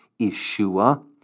Yeshua